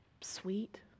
sweet